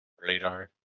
radar